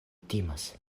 timas